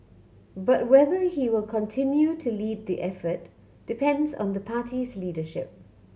but whether he will continue to lead the effort depends on the party's leadership